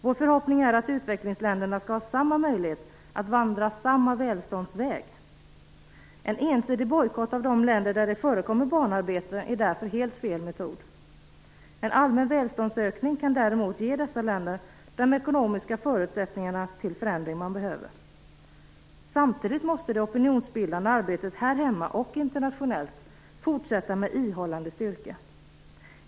Vår förhoppning är att utvecklingsländerna skall ha samma möjlighet att vandra denna välståndsväg. En ensidig bojkott av de länder där det förekommer barnarbete, är därför helt fel metod. En allmän välståndsökning kan däremot ge dessa länder de ekonomiska förutsättningar som behövs för förändring. Samtidigt måste det opinionbildande arbetet här hemma och internationellt fortsätta med ihållande styrka.